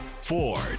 Ford